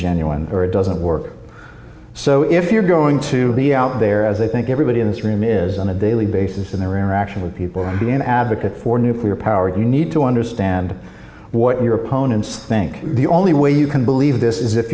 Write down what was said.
genuine or it doesn't work so if you're going to be out there as i think everybody in this room is on a daily basis in their interaction with people and be an advocate for nuclear power you need to understand what your opponents think the only way you can believe this is if